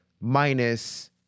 minus